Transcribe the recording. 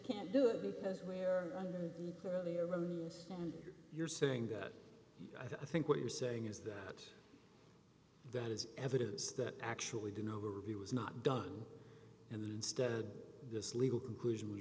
can't do it because we're under really remains and you're saying that i think what you're saying is that that is evidence that actually did know really was not done and instead this legal conclusion was